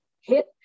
hit